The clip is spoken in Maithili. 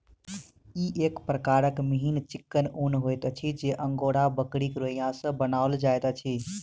ई एक प्रकारक मिहीन चिक्कन ऊन होइत अछि जे अंगोरा बकरीक रोंइया सॅ बनाओल जाइत अछि